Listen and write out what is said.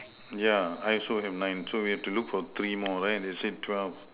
yeah I also have nine so we have to look for three more because they say twelve